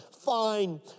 fine